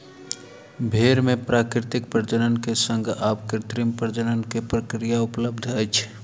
भेड़ मे प्राकृतिक प्रजनन के संग आब कृत्रिम प्रजनन के प्रक्रिया उपलब्ध अछि